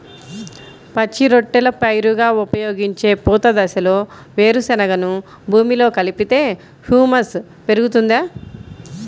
పచ్చి రొట్టెల పైరుగా ఉపయోగించే పూత దశలో వేరుశెనగను భూమిలో కలిపితే హ్యూమస్ పెరుగుతుందా?